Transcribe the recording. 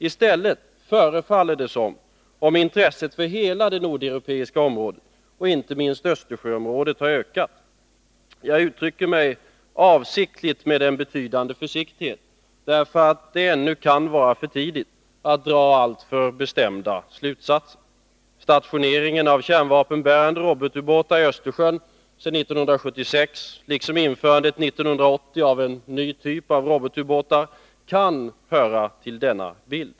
I stället förefaller det som om intresset för hela det nordiska området, och icke minst Östersjöområdet, har ökat. Jag uttrycker mig avsiktligt med en betydande försiktighet, därför att det ännu kan vara för tidigt att dra alltför bestämda slutsatser. Stationeringen av kärnvapenbärande robotubåtar i Östersjön sedan 1976 liksom införandet 1980 av en ny typ av robotubåtar kan höra till denna bild.